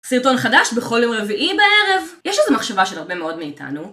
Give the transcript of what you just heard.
סרטון חדש בכל יום רביעי בערב. יש איזו מחשבה של הרבה מאוד מאיתנו.